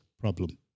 problem